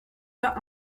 vingt